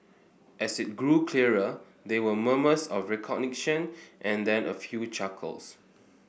as it grew clearer there were murmurs of and then a few chuckles